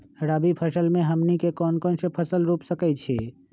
रबी फसल में हमनी के कौन कौन से फसल रूप सकैछि?